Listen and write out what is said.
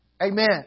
Amen